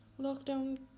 lockdown